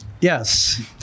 Yes